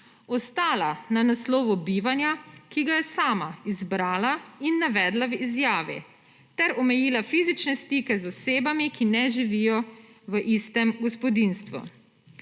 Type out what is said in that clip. ostala na naslovu bivanja, ki ga je sama izbrala in navedla v izjavi, ter omejila fizične stike z osebami, ki ne živijo v istem gospodinjstvu.